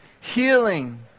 healing